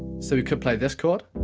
so we could play this chord,